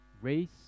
race